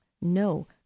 no